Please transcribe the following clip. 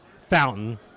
fountain